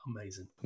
amazing